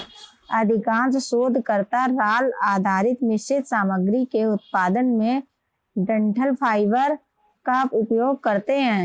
अधिकांश शोधकर्ता राल आधारित मिश्रित सामग्री के उत्पादन में डंठल फाइबर का उपयोग करते है